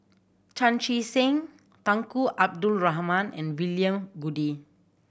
Chan Chee Seng Tunku Abdul Rahman and William Goode